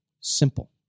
simple